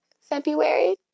February